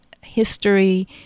history